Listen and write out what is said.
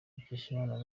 mukeshimana